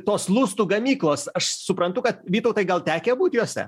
tos lustų gamyklos aš suprantu kad vytautai gal tekę būt jose